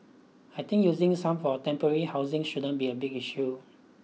I think using some for temporary housing shouldn't be a big issue